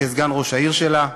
וכסגן ראש העיר שלה,